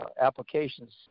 applications